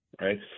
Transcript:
Right